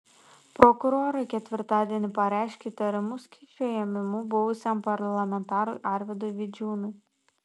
prokurorai ketvirtadienį pareiškė įtarimus kyšio ėmimu buvusiam parlamentarui arvydui vidžiūnui